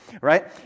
right